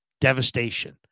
devastation